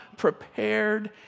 prepared